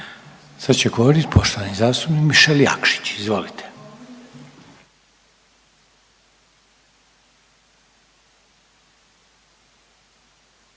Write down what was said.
Sad će govoriti poštovani zastupnik Mišel Jakšić, izvolite.